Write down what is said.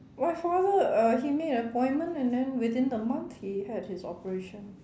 my father uh he made an appointment and then within a month he had his operation